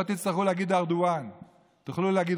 לא תצטרכו להגיד "ארדואן"; תוכלו להגיד